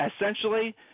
essentially